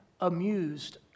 amused